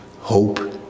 hope